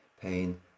pain